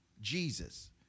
Jesus